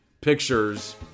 pictures